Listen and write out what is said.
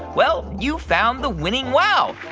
well, you found the winning wow.